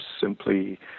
simply